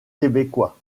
québécois